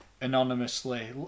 anonymously